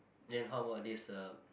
then how about this uh